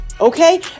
Okay